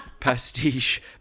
Pastiche